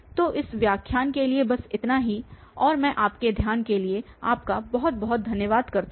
तो इस व्याख्यान के लिए बस इतना ही और मैं आपके ध्यान के लिए आपका बहुत बहुत धन्यवाद करता हूं